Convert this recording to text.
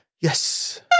Yes